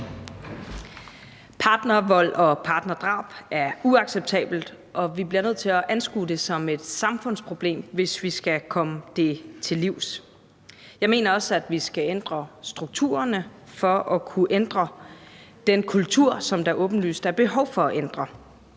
Partnervold og partnerdrab er uacceptabelt, og vi bliver nødt til at anskue det som et samfundsproblem, hvis vi skal komme det til livs. Jeg mener også, at vi skal ændre strukturerne for at kunne ændre den kultur, som der åbenlyst er behov for at ændre.